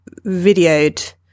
videoed